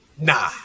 nah